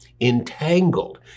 entangled